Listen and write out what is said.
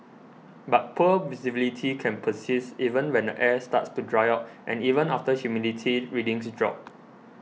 but poor visibility can persist even when the air starts to dry out and even after humidity readings drop